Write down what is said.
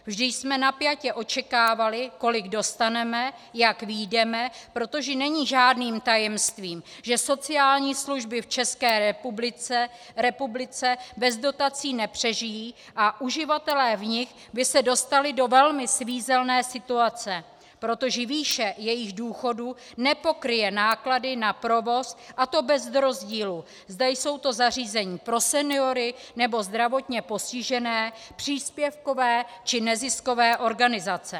Vždy jsme napjatě očekávali, kolik dostaneme, jak vyjdeme, protože není žádným tajemstvím, že sociální služby v České republice bez dotací nepřežijí a uživatelé v nich by se dostali do velmi svízelné situace, protože výše jejich důchodu nepokryje náklady na provoz, a to bez rozdílu, zda jsou to zařízení pro seniory, nebo zdravotně postižené, příspěvkové či neziskové organizace.